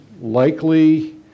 likely